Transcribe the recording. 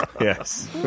Yes